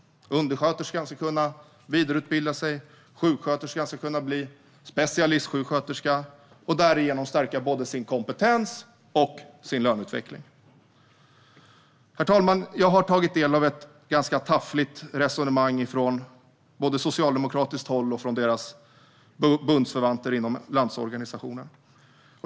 Undersköterskan ska kunna vidareutbilda sig. Sjuksköterskan ska kunna bli specialistsjuksköterska och därigenom stärka både sin kompetens och sin löneutveckling. Herr talman! Jag har tagit del av ett ganska taffligt resonemang både från socialdemokratiskt håll och från deras bundsförvanter inom Landsorganisationen.